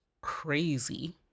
crazy